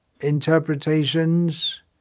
interpretations